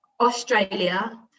Australia